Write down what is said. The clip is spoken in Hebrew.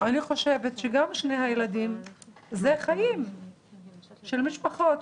אני חושבת שגם שני הילדים זה חיים של משפחות,